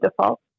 default